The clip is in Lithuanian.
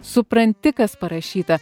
supranti kas parašyta